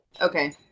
Okay